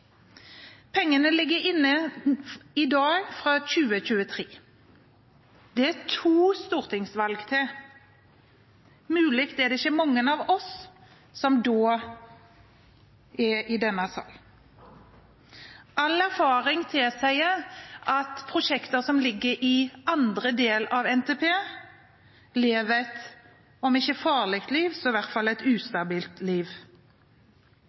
pengene. Pengene ligger i dag inne fra 2023. Det er to stortingsvalg til det. Det er muligens ikke mange av oss som da er i denne sal. All erfaring tilsier at prosjekter som ligger i andre del av NTP, lever et, om ikke farlig, så i hvert fall ustabilt liv.